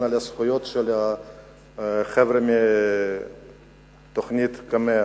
על הזכויות של החבר'ה מתוכנית קמ"ע.